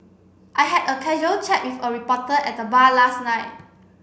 I had a casual chat with a reporter at the bar last night